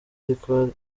ariko